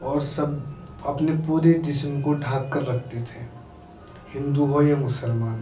اور سب اپنے پورے جسم کو ڈھاک کر رکھتے تھے ہندو ہو یا مسلمان